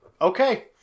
Okay